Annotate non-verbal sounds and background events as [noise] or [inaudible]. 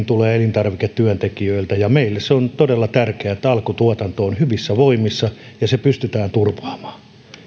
[unintelligible] tulee elintarviketyöntekijöiltä ja meille se on todella tärkeää että alkutuotanto on hyvissä voimissa ja se pystytään turvaamaan